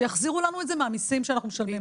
שיחזירו לנו את זה מהמיסים שאנחנו משלמים.